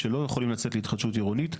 שלא יכולים לצאת להתחדשות עירונית,